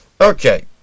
Okay